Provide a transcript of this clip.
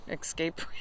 escape